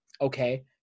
okay